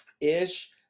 ish